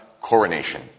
coronation